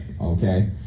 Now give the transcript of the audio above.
Okay